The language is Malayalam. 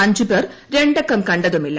അഞ്ച് പേർ രണ്ടക്കം കണ്ടതുമില്ല